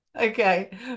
Okay